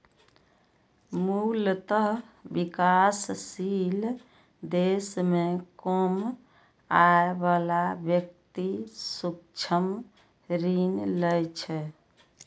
मूलतः विकासशील देश मे कम आय बला व्यक्ति सूक्ष्म ऋण लै छै